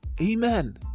amen